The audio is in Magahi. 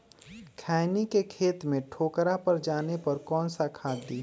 खैनी के खेत में ठोकरा पर जाने पर कौन सा खाद दी?